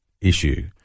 issue